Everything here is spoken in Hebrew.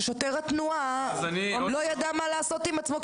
ששוטר התנועה לא ידע מה לעשות עם עצמו,